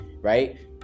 right